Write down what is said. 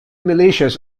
militias